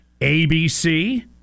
ABC